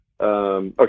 Okay